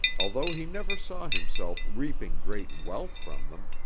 although he never saw himself reaping great wealth from them,